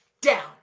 down